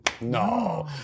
No